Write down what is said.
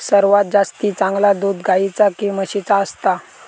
सर्वात जास्ती चांगला दूध गाईचा की म्हशीचा असता?